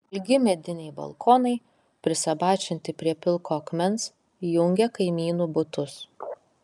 ilgi mediniai balkonai prisabačinti prie pilko akmens jungia kaimynų butus